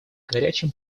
горячим